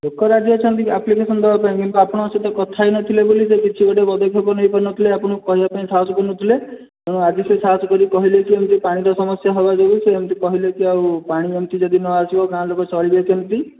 ଲୋକ ରାଜି ଅଛନ୍ତି ଆପ୍ଲିକ୍ଳେଶନ ଦେବାପାଇଁ କିନ୍ତୁ ଆପଣଙ୍କ ସହିତ କଥା ହୋଇ ନଥିଲେ ବୋଲି କିଛି ଗୋଟେ ପଦକ୍ଷେପ ନେଇ ପାରୁନଥିଲେ ଆପଣଙ୍କୁ କହିବା ପାଇଁ ସାହସ କରୁନଥିଲେ ତେଣୁ ଆଜି ସେ ସାହସ କରି କହିଲେ କି ଏମିତି ପାଣିର ସମସ୍ୟା ହେବା ଯୋଗୁ ସେ ଏମିତି କହିଲେ କି ଆଉ ପାଣି ଏମତି ଯଦି ନ ଆସିବ ଗାଁ ଲୋକ ଚଳିବେ କେମିତି